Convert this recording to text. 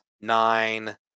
nine